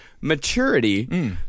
maturity